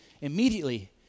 immediately